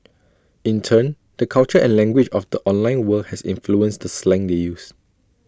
in turn the culture and language of the online world has influenced the slang they use